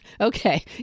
Okay